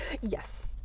Yes